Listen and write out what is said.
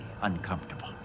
uncomfortable